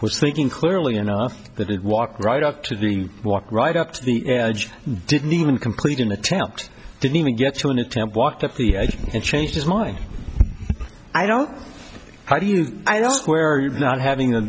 was thinking clearly enough that it walked right up to the walk right up to the edge didn't even complete an attempt didn't even get shown a temp walked up the edge and changed his mind i don't how do you i don't know where you're not having the